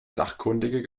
sachkundige